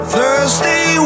Thursday